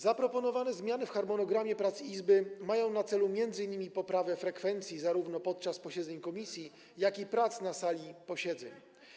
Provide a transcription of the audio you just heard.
Zaproponowane zmiany w harmonogramie prac Izby mają na celu m.in. poprawę frekwencji podczas zarówno posiedzeń komisji, jak i prac na sali posiedzeń.